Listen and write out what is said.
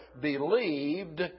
believed